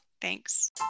Thanks